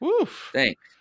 thanks